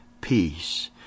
peace